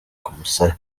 umusaya